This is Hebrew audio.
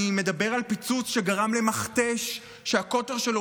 אני מדבר על פיצוץ שגרם למכתש שהקוטר שלו